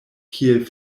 kiel